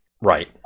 Right